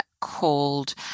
called